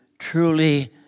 truly